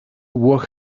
work